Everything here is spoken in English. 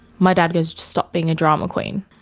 my dad goes, stop being a drama queen.